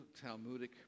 Talmudic